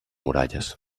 muralles